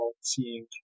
seeing